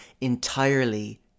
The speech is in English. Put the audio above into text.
entirely